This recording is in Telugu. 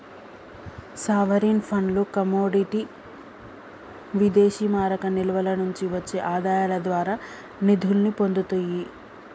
సావరీన్ ఫండ్లు కమోడిటీ విదేశీమారక నిల్వల నుండి వచ్చే ఆదాయాల ద్వారా నిధుల్ని పొందుతియ్యి